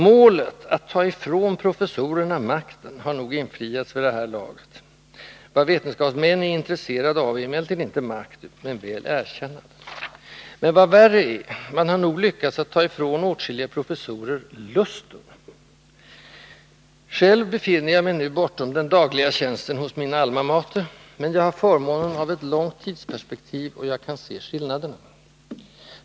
Målet ”att ta ifrån professorerna makten” har nog infriats vid det här laget — vad vetenskapsmännen är intresserade av är emellertid inte makt, men väl erkännande. Men vad värre är: Man har nog också lyckats ta ifrån åtskilliga professorer lusten. Själv befinner jag mig nu bortom den dagliga tjänsten hos min alma mater, men jag har förmånen av ett långt tidsperspektiv, och jag kan se skillnaderna.